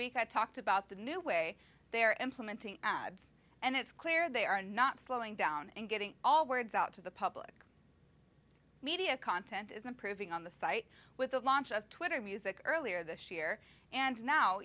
week i talked about the new way they're implementing ads and it's clear they are not slowing down and getting all words out to the public media content is improving on the site with the launch of twitter music earlier this year and now